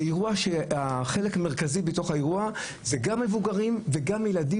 זה אירוע שהחלק המרכזי בו כולל גם מבוגרים וגם ילדים